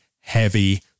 heavy